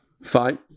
Fine